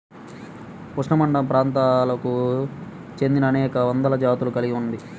ఉష్ణమండలప్రాంతాలకు చెందినఅనేక వందల జాతులను కలిగి ఉంది